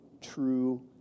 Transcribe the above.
true